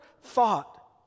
thought